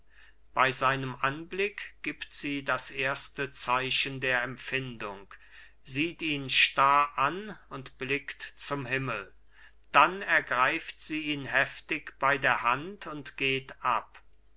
bei seinem anblick gibt sie das erste zeichen der empfindung sieht ihn starr an und blickt zum himmel dann ergreift sie ihn heftig bei der hand und geht ab